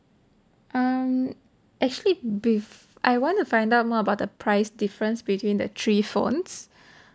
um actually bef~ I want to find out more about the price difference between the three phones